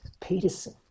Peterson